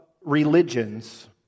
religions